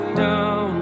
down